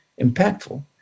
impactful